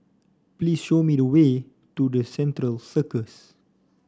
please show me the way to the Central Circus